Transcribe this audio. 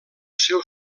seu